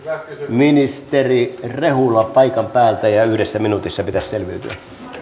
ministeri rehula paikan päältä ja yhdessä minuutissa pitäisi selviytyä